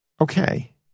Okay